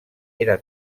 era